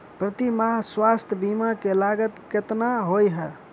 प्रति माह स्वास्थ्य बीमा केँ लागत केतना होइ है?